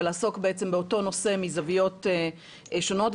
ולעשות באותו נושא מזוויות שונות.